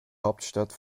hauptstadt